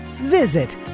Visit